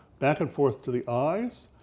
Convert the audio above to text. back and forth to the eyes,